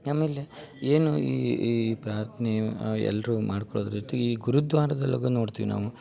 ಆಮೇಲೆ ಏನು ಈ ಈ ಪ್ರಾರ್ಥ್ನೆ ಎಲ್ಲರೂ ಮಾಡ್ಕೊಳ್ಳೋದ್ರ ಜೊತೆಗೆ ಈ ಗುರುದ್ವಾರದೊಳಗೂ ನೋಡ್ತೀವಿ ನಾವು